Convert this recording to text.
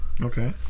okay